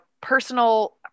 personal